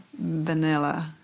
vanilla